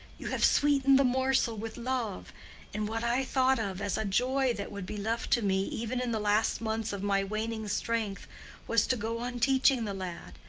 you have sweetened the morsel with love and what i thought of as a joy that would be left to me even in the last months of my waning strength was to go on teaching the lad.